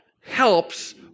helps